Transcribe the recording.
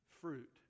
fruit